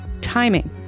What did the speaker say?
timing